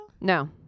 No